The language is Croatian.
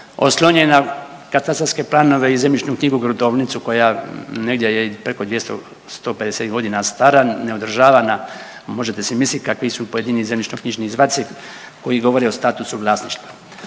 oslonjen na katastarske planove i zemljišnu knjigu, gruntovnicu koja negdje je preko 200, 150 godina stara neodržavana možete si misliti kakvi su pojedini zemljišno knjižni izvaci koji govore o statusu vlasništva.